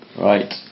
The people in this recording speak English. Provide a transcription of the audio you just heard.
Right